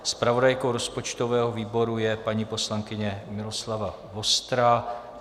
Zpravodajkou rozpočtového výboru je paní poslankyně Miloslava Vostrá.